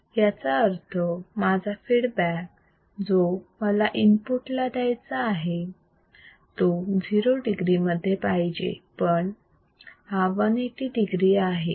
याचा अर्थ माझा फीडबॅक जो मला इनपुट ला द्यायचा आहे तो 0 degree मध्ये पाहिजे पण हा 180 degree आहे